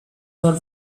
our